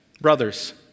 Brothers